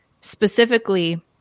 specifically